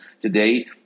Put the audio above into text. today